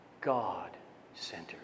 God-centered